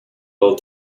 hall